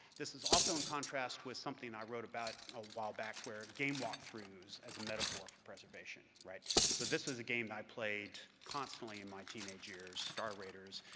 this is also in contrast with something i wrote about a while back where game walk-throughs as a metaphor for preservation. so this is a game that i played constantly in my teenage years, star raiders.